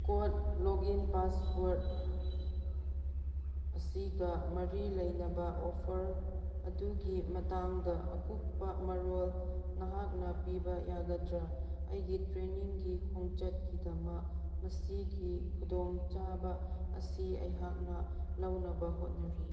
code ꯂꯣꯛꯏꯟ ꯄꯥꯁꯋꯥꯔꯠ ꯑꯁꯤꯒ ꯃꯔꯤ ꯂꯩꯅꯕ ꯑꯣꯐꯔ ꯑꯗꯨꯒꯤ ꯃꯇꯥꯡꯗ ꯑꯀꯨꯞꯄ ꯃꯔꯣꯜ ꯅꯍꯥꯛꯅ ꯄꯤꯕ ꯌꯥꯒꯗ꯭ꯔꯥ ꯑꯩꯒꯤ ꯇ꯭ꯔꯦꯅꯤꯡꯒꯤ ꯈꯣꯡꯆꯠꯀꯤꯗꯃꯛ ꯃꯁꯤꯒꯤ ꯈꯨꯗꯣꯡꯆꯥꯕ ꯑꯁꯤ ꯑꯩꯍꯥꯛꯅ ꯂꯧꯅꯕ ꯍꯣꯠꯅꯔꯤ